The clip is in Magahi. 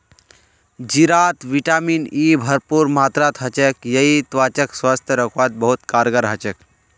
जीरात विटामिन ई भरपूर मात्रात ह छेक यई त्वचाक स्वस्थ रखवात बहुत कारगर ह छेक